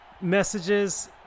messages